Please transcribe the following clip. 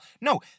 No